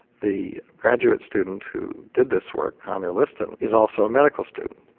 the graduate student who did this work connor liston, is also a medical student.